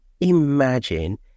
imagine